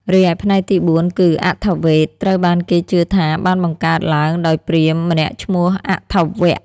រីឯផ្នែកទី៤គឺ អថវ៌េទ ត្រូវបានគេជឿថាបានបង្កើតឡើងដោយព្រាហ្មណ៍ម្នាក់ឈ្មោះ អថវ៌។